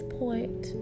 point